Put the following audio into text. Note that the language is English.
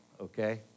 okay